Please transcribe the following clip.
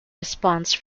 response